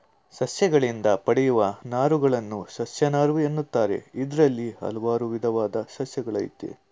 ಸಸ್ಯಗಳಿಂದ ಪಡೆಯುವ ನಾರುಗಳನ್ನು ಸಸ್ಯನಾರು ಎನ್ನುತ್ತಾರೆ ಇದ್ರಲ್ಲಿ ಹಲ್ವಾರು ವಿದವಾದ್ ಸಸ್ಯಗಳಯ್ತೆ